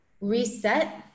reset